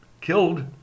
killed